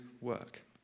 work